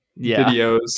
videos